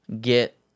get